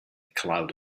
cloud